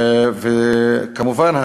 כמובן,